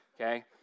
Okay